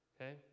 okay